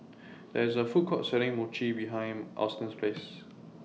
There IS A Food Court Selling Mochi behind Alston's House